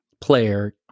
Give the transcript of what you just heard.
player